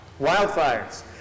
Wildfires